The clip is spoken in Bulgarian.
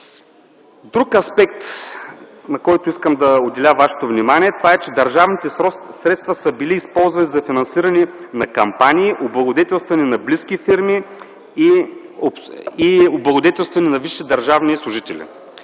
Друг аспект, на който искам да отделя вашето внимание, е, че държавните средства са били използвани за финансиране на кампании, облагодетелстване на близки фирми и облагодетелстване на висши държавни служители.